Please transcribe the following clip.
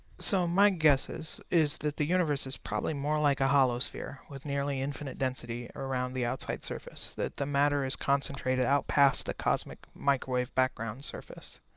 so my guess is is that the universe is probably more like a hollow sphere with nearly infinite density around the outside surface the matter is concentrated out past the cosmic microwave background surface.